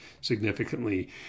significantly